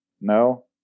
No